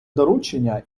доручення